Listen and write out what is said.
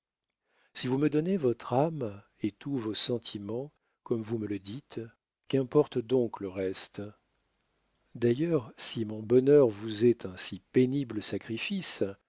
si vous me donnez votre âme et tous vos sentiments comme vous me le dites qu'importe donc le reste d'ailleurs si mon bonheur vous est un si pénible sacrifice